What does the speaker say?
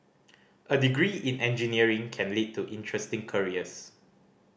a degree in engineering can lead to interesting careers